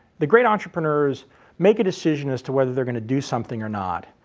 the great entrepreneurs make a decision as to whether they're going to do something or not.